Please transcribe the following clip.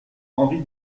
henri